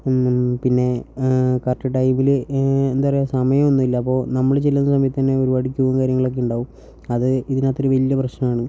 പിന്നെ കറക്റ്റ് ടൈമിൽ എന്താ പറയുക സമയമൊന്നും ഇല്ല അപ്പോൾ നമ്മൾ ചെല്ലുന്ന സമയത്തുതന്നെ ഒരുപാട് ക്യൂവും കാര്യങ്ങളൊക്കെ ഉണ്ടാവും അത് ഇതിനകത്തൊരു വലിയ പ്രശ്നമാണ്